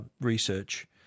research